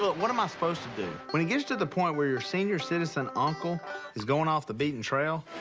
but what am i supposed to do? when it gets to the point where your senior citizen uncle is going off the beaten trail.